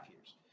years